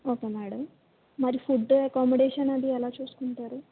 okay madam మరి food accommodation అది ఎలా చూసుకుంటారు